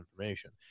information